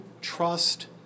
trust